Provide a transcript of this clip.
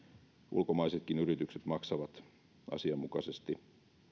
ulkomaisetkin yritykset maksavat asianmukaisesti